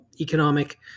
economic